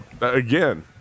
Again